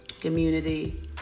community